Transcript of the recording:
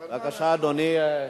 בבקשה, אדוני,